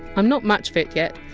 um not match fit yet,